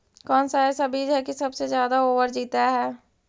कौन सा ऐसा बीज है की सबसे ज्यादा ओवर जीता है?